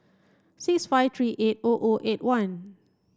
six five three eight O O eight one